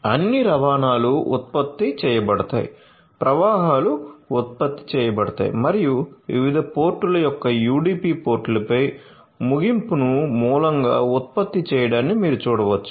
అన్ని రవాణాలు ఉత్పత్తి చేయబడతాయి ప్రవాహాలు ఉత్పత్తి చేయబడతాయి మరియు వివిధ పోర్టుల యొక్క UDP పోర్టులపై ముగింపును మూలంగా ఉత్పత్తి చేయడాన్ని మీరు చూడవచ్చు